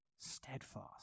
steadfast